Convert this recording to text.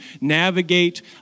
navigate